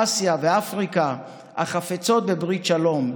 אסיה ואפריקה החפצות בברית שלום,